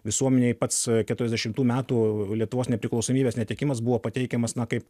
visuomenėj pats keturiasdešimtų metų lietuvos nepriklausomybės netekimas buvo pateikiamas kaip